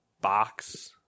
box